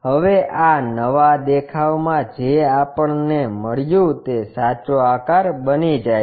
હવે આ નવા દેખાવમાં જે આપણને મળ્યું તે સાચો આકાર બની જાય છે